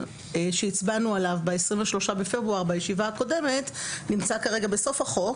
שהצבענו עליו ב-23 בפברואר בישיבה הקודמת נמצא כרגע בסוף החוק,